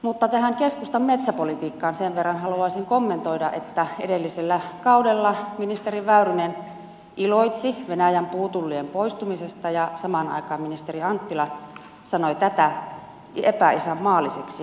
mutta tähän keskustan metsäpolitiikkaan sen verran haluaisin kommentoida että edellisellä kaudella ministeri väyrynen iloitsi venäjän puutullien poistumisesta ja samaan aikaan ministeri anttila sanoi tätä epäisänmaalliseksi